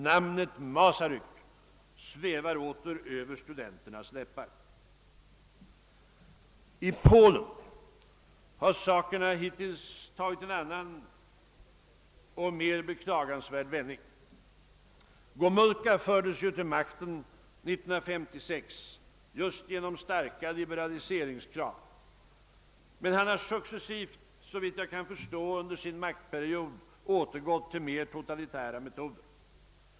Namnet Masaryk finns åter på studenternas läppar. I Polen har sakerna hittills tagit en annan och mer beklagansvärd vändning. Gomulka fördes till makten 1956 just genom starka liberaliseringskrav men har successivt såvitt jag kan förstå under sin maktperiod återgått till mer totalitära metoder.